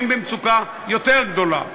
הם במצוקה גדולה יותר.